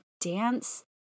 dance